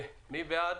מי בעד